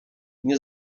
nie